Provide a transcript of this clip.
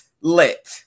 Lit